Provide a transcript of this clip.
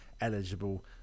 eligible